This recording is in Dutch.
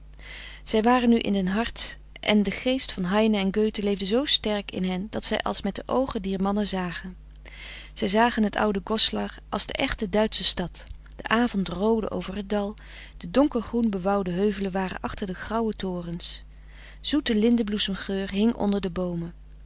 zij waren nu in den harz en de geest van heine en goethe leefde zoo sterk in hen dat zij als met de oogen dier mannen zagen zij zagen het oude goslar als de echte duitsche stad de avond roodde over t dal de donkergroen bewoude heuvelen waren achter de grauwe torens zoete lindenbloesemgeur hing onder de boomen